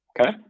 Okay